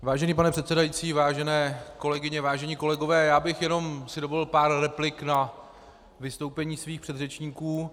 Vážený pane předsedající, vážené kolegyně, vážení kolegové, já bych si dovolil jenom pár replik na vystoupeních svých předřečníků.